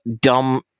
dumb